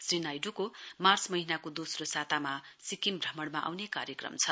श्री नाइडुले मार्च महीनाको दोस्रो सातामा सिक्किम श्रमण आउने कार्यक्रम छ